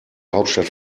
hauptstadt